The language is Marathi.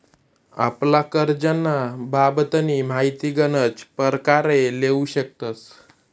आपला करजंना बाबतनी माहिती गनच परकारे लेवू शकतस